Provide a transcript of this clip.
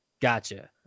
Gotcha